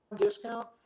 discount